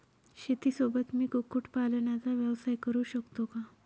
शेतीसोबत मी कुक्कुटपालनाचा व्यवसाय करु शकतो का?